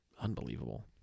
unbelievable